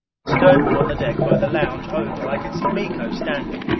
sternward on the deck, by the lounge oval, i could see miko standing.